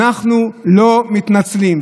אנחנו לא מתנצלים.